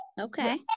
Okay